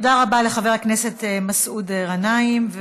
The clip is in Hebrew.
תודה רבה לחבר הכנסת מסעוד גנאים.